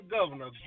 Governor